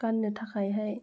गाननो थाखायहाय